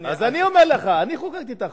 אז אני אומר לך, אני חוקקתי את החוק.